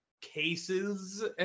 cases